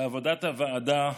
בעבודת הוועדה,